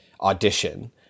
audition